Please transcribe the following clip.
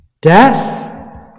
Death